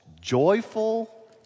joyful